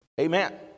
Amen